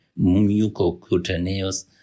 mucocutaneous